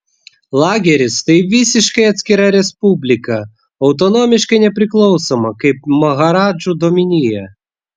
lageris tai visiškai atskira respublika autonomiškai nepriklausoma kaip maharadžų dominija